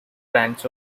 brands